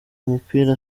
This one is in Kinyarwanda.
mupira